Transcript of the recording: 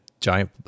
giant